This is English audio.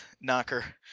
Knocker